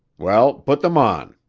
well, put them on.